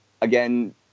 again